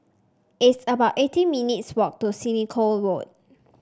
it's about eighteen minutes' walk to Senoko Road